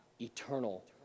eternal